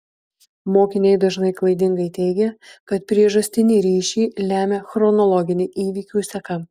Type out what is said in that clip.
mokiniai dažnai klaidingai teigia kad priežastinį ryšį lemia chronologinė įvykių seka